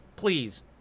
Please